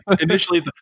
initially